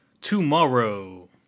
tomorrow